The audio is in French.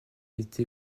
été